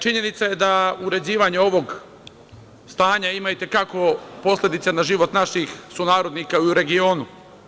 Činjenica je da uređivanje ovog stanja ima i te kako posledice na život naših sunarodnika u regionu.